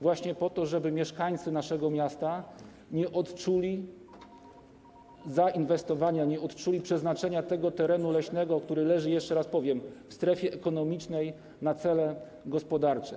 właśnie po to, aby mieszkańcy naszego miasta nie odczuli zainwestowania, nie odczuli przeznaczenia tego terenu leśnego, który leży, jeszcze raz powiem, w strefie ekonomicznej, na cele gospodarcze.